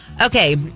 Okay